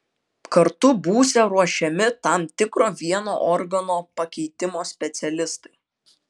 kartu būsią ruošiami tam tikro vieno organo pakeitimo specialistai